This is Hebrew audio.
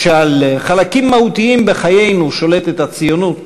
כשעל חלקים מהותיים בחיינו שולטת הציונות,